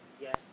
yes